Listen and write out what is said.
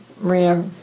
Maria